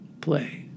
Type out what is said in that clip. play